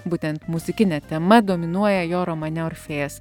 būtent muzikinė tema dominuoja jo romane orfėjas